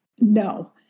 No